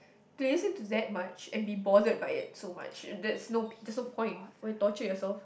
do you listen to that much and be bothered by it so much and that's no that's no point why torture yourself